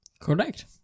Correct